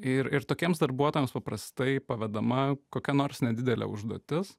ir ir tokiems darbuotojams paprastai pavedama kokia nors nedidelė užduotis